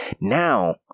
Now